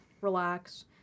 relax